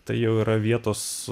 tai jau yra vietos